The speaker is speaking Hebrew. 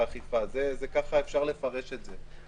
ככה אפשר לפרש את זה.